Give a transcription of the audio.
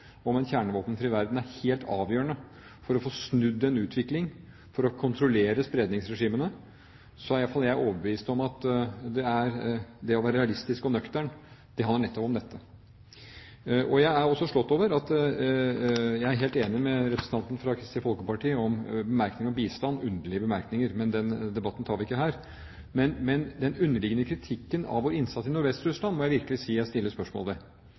kjernevåpenfri verden er helt avgjørende for å få snudd utviklingen for å kontrollere spredningsregimene, er i hvert fall jeg overbevist om at det å være realistisk og nøktern handler nettopp om dette. Jeg er helt enig med representanten fra Kristelig Folkeparti i at bemerkningene om bistand er underlige bemerkninger. Den debatten tar vi ikke her. Men den underliggende kritikken av vår innsats i Nordvest-Russland må jeg virkelig si at jeg stiller